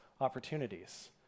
opportunities